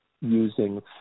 using